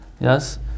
Yes